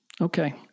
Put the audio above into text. Okay